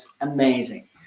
amazing